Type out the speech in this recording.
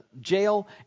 jail